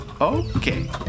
Okay